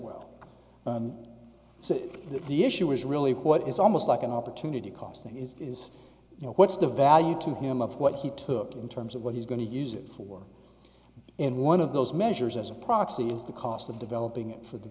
well so the issue is really what is almost like an opportunity cost is is you know what's the value to him of what he took in terms of what he's going to use it for in one of those measures as a proxy is the cost of developing it for the